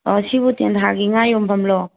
ꯁꯤꯕꯨ ꯇꯦꯟꯊꯥꯒꯤ ꯉꯥ ꯌꯣꯟꯐꯝꯂꯣ